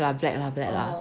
okay lah black lah black lah